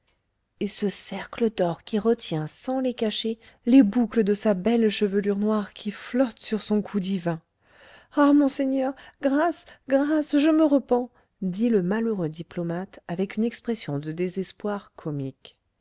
et ce cercle d'or qui retient sans les cacher les boucles de sa belle chevelure noire qui flotte sur son cou divin ah monseigneur grâce grâce je me repens dit le malheureux diplomate avec une expression de désespoir comique